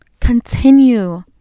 Continue